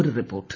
ഒരു റിപ്പോർട്ട്